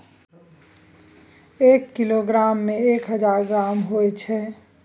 एक किलोग्राम में एक हजार ग्राम होय छै